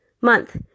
month